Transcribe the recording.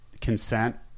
consent